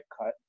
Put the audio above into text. cut